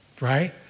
right